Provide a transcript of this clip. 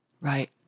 Right